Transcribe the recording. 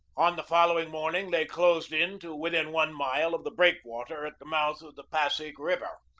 on the following morning they closed in to within one mile of the breakwater at the mouth of the pasig river.